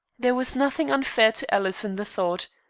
there was nothing unfair to alice in the thought.